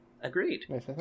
Agreed